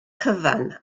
cyfan